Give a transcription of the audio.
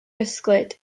gysglyd